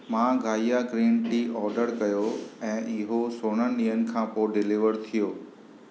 मां गाइआ green tea order कयो ऐं इहो सोरहंनि ॾींहनि खां पोइ डिलीवर थियो